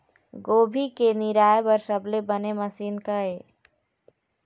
गोभी के निराई बर सबले बने मशीन का ये?